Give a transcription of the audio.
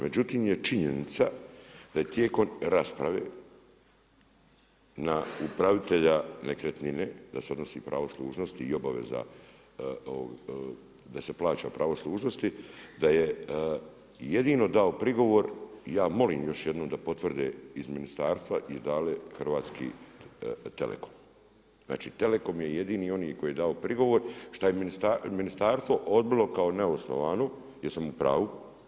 Međutim je činjenica da je tijekom rasprave na upravitelja nekretnine, da se odnosi pravo dužnosti i obaveza da se plaća pravo služnosti, da je jedino dao prigovor, ja molim još jednom da potvrde iz ministarstva… Znači telekom je jedini onaj koji je dao prigovor šta je ministarstvo odbilo kao neosnovano, jesam u pravu?